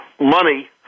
money